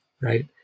right